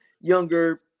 younger